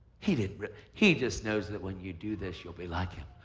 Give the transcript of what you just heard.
he didn't really he just knows that when you do this, you'll be like him.